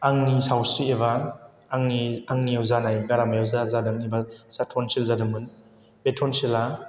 आंनि सावस्रि एबा आंनि आंनियाव जानाय गारामायाव जा जादों एबा जा टन्सिल जादोंमोन बे टन्सिला